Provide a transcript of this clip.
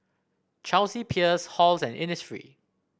Chelsea Peers Halls and Innisfree